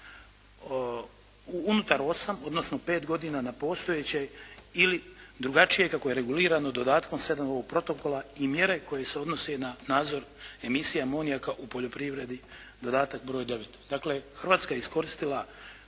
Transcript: unutar 8 odnosno 5 godina na postojeće ili drugačije kako je regulirano dodatkom 7. ovog Protokola, i mjere koje se odnose na nadzor emisije amonijaka u poljoprivredi dodatak broj 9. Dakle, Hrvatska je iskoristila